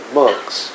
monks